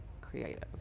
Creative